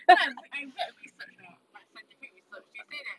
you know I rea~ I read research lah like specific research they say that